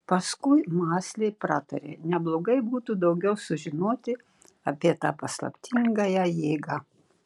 paskui mąsliai pratarė neblogai būtų daugiau sužinoti apie tą paslaptingąją jėgą